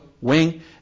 wing